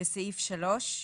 בסעיף 3,